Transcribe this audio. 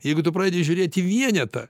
jeigu tu pradedi žiūrėt į vienetą